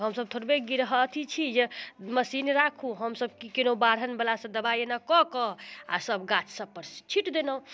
तऽ हमसब थोड़बे गिरह अथी जे कि मशीन राखू हमसब की केलहुँ बाढ़निवलासँ दवाइ एना कऽ कऽ आओर सब गाछ सबपर छीटि देलहुँ